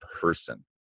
person